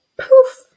poof